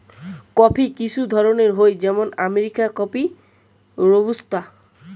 coffee কিসু ধরণের হই যেমন আরাবিকা কফি, রোবুস্তা